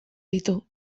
ditu